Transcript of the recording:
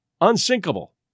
Unsinkable